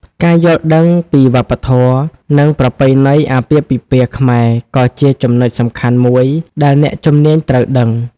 ការយល់ដឹងពីវប្បធម៌ និងប្រពៃណីអាពាហ៍ពិពាហ៍ខ្មែរក៏ជាចំណុចសំខាន់មួយដែលអ្នកជំនាញត្រូវដឹង។